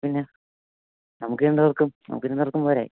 പിന്നെ നമുക്ക് രണ്ടുപേർക്കും നമുക്ക് രണ്ടുപേർക്കും പോരെ